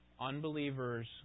unbelievers